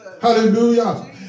Hallelujah